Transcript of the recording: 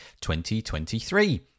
2023